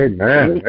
Amen